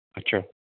अच्छा